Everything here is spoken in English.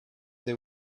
they